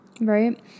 right